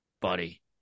Buddy